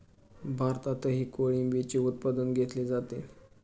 भारतातही कोळंबीचे उत्पादन घेतले जाते